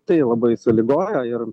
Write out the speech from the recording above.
tai labai sąlygoja ir